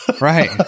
Right